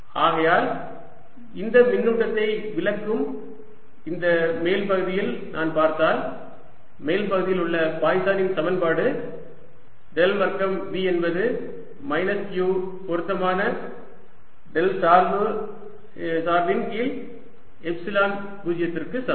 ஆகையால் இந்த மின்னூட்டத்தை விலக்கும் இந்த மேல் பகுதியில் நான் பார்த்தால் மேல் பகுதியில் உள்ள பாய்சனின் சமன்பாடு டெல் வர்க்கம் V என்பது மைனஸ் q பொருத்தமான டெல்டா சார்பு இன் கீழ் எப்சிலன் 0 க்கு சமம்